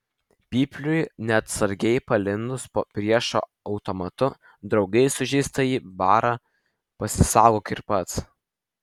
pypliui neatsargiai palindus po priešo automatu draugai sužeistąjį bara pasisaugok ir pats